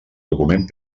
document